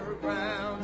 ground